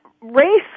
race